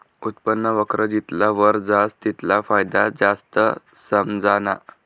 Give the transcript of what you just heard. उत्पन्न वक्र जितला वर जास तितला फायदा जास्त समझाना